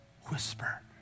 whisper